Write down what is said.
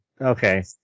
Okay